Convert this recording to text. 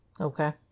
Okay